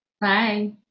bye